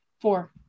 four